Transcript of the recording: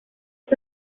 ist